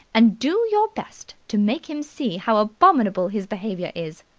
and do your best to make him see how abominable his behaviour is.